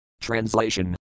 Translation